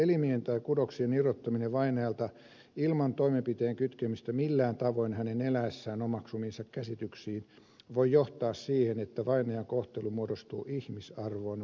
elimien tai kudoksien irrottaminen vainajalta ilman toimenpiteen kytkemistä millään tavoin hänen eläessään omaksumiinsa käsityksiin voi johtaa siihen että vainajan kohtelu muodostuu ihmisarvon vastaiseksi